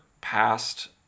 past